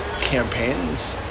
campaigns